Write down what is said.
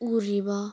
ꯎꯔꯤꯕ